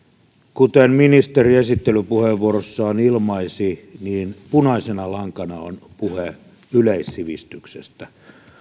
kuten ministeri esittelypuheenvuorossaan ilmaisi niin punaisena lankana on puhe yleissivistyksestä